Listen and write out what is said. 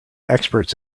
experts